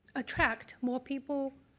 attract more people